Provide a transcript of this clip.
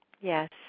Yes